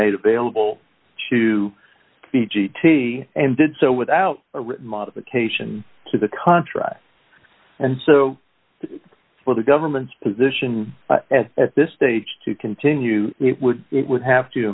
made available to the g t and did so without a written modification to the contract and so for the government's position at this stage to continue it would it would have to